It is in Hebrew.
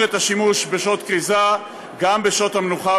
את השימוש בשעות כריזה גם בשעות המנוחה,